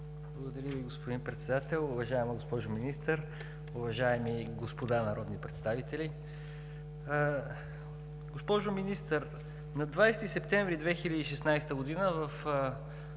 Благодаря Ви, уважаеми господин Председател. Уважаема госпожо Министър, уважаеми господа народни представители! Госпожо Министър, на 20 септември 2016 г. в „Държавен